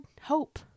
hope